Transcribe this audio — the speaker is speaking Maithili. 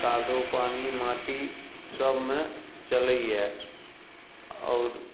कादो पानी माटी सबमे चलैए आओर